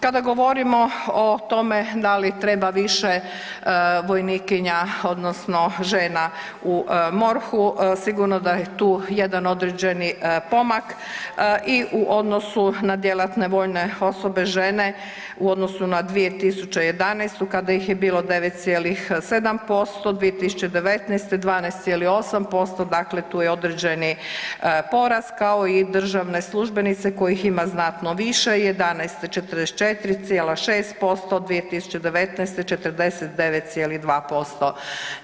Kada govorimo o tome da li treba više vojnikinja odnosno žena u MORH-u, sigurno da je tu jedan određeni pomak i u odnosu na djelatne vojne osobe žene u odnosu na 2011. kada ih je bilo 9,7%, 2019. 12,8% dakle tu je određeni porast kao i državne službenice kojih ima znatno više '11. 44,6%, 2019. 49,2%